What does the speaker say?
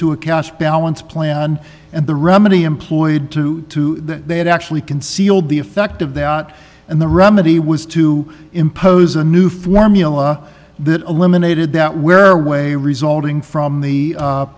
to a cash balance plan and the remedy employed to two they had actually concealed the effect of the out and the remedy was to impose a new formula that eliminated that where way resulting from the u